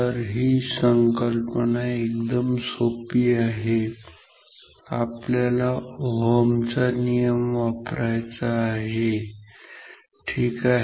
तर संकल्पना एकदम सोपी आहे आपल्याला ओहमचा नियम वापरायचा आहे ठीक आहे